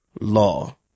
law